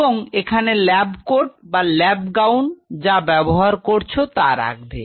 এবং এখানে lab coat বা ল্যাব গাউন যা ব্যবহার করছ তা রাখবে